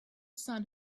sun